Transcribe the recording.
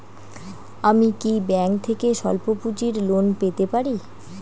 আমি কি ব্যাংক থেকে স্বল্প পুঁজির লোন পেতে পারি?